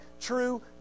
true